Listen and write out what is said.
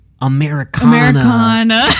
Americana